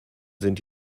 sind